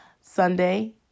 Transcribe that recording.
Sunday